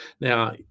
Now